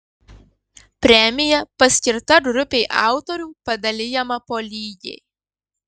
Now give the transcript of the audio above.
premija paskirta grupei autorių padalijama po lygiai